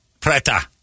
preta